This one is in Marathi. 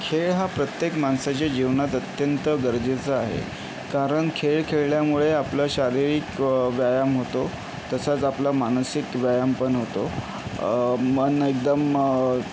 खेळ हा प्रत्येक माणसाच्या जीवनात अत्यंत गरजेचा आहे कारण खेळ खेळल्यामुळे आपलं शारीरिक व्यायाम होतो तसाच आपला मानसिक व्यायाम पण होतो मन एकदम